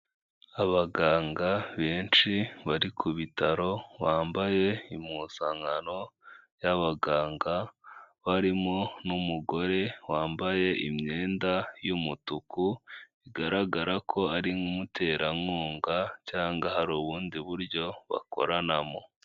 Abaganga benshi bari ku bitaro bambaye impuzankano y'abaganga barimo n'umugore wambaye imyenda y'umutuku bigaragara ko ari umuterankunga cyangwa hari ubundi buryo bakoranamo.